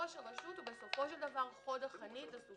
ראש הראשות הוא בסופו של דבר חוד החנית בסוגיה.